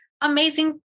amazing